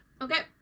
Okay